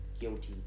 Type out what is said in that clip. guilty